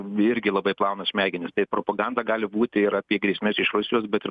irgi labai plauna smegenys tai propaganda gali būti ir apie grėsmes iš rusijos bet ir